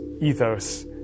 ethos